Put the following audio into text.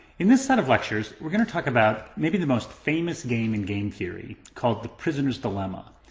in this set of lectures, we're gonna talk about maybe the most famous game in game theory called the prisoner's dilemma.